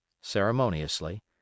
ceremoniously